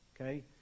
okay